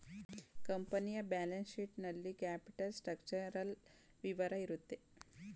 ಕಂಪನಿಯ balance sheet ನಲ್ಲಿ capital structural ವಿವರ ಇರುತ್ತೆ